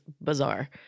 bizarre